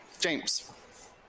James